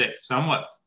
somewhat